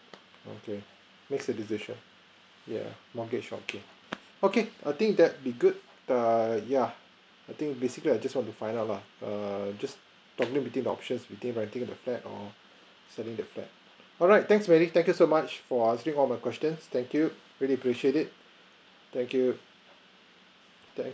okay make the decision yeah mortgage okay okay I think that'll be good the yeah I think basically I just want to find out lah err just probably between the option between renting the flat or selling the flat alright thanks mary thank you so much for answering all my question thank you really appreciate it thank you thank